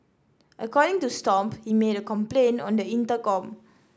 according to Stomp he made a complaint on the intercom